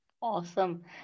Awesome